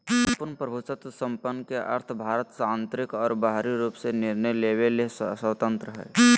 सम्पूर्ण प्रभुत्वसम्पन् के अर्थ भारत आन्तरिक और बाहरी रूप से निर्णय लेवे ले स्वतन्त्रत हइ